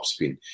topspin